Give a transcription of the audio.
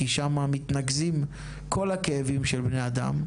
כי שם מתנקזים כל הכאבים של בני האדם,